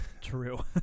true